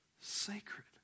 sacred